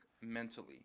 mentally